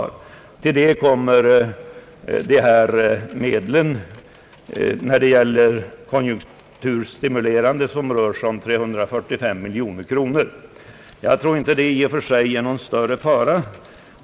Till det kommer de konjunkturstimulerande medlen, som rör sig om 345 miljoner kronor. Jag tror inte det i och för sig är någon större fara.